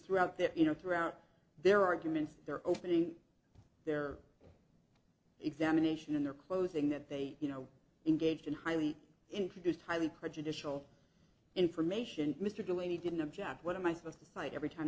throughout this you know throughout their arguments their opening their examination in their closing that they you know engaged in highly introduced highly prejudicial information mr delaney didn't object what am i supposed to cite every time